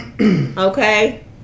Okay